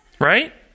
Right